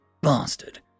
bastard